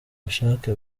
bushake